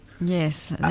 Yes